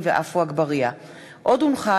רינה פרנקל,